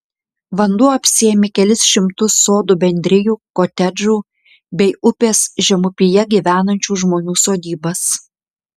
vanduo apsėmė kelis šimtus sodų bendrijų kotedžų bei upės žemupyje gyvenančių žmonių sodybas